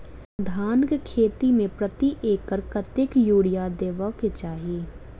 धान केँ खेती मे प्रति एकड़ कतेक यूरिया देब केँ चाहि?